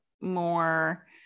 more